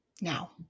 Now